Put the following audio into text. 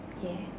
yeah